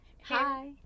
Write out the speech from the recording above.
Hi